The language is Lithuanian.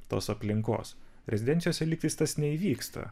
tos aplinkos rezidencijose lygtais tas neįvyksta